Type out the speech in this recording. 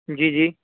جی جی